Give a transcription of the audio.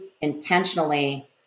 intentionally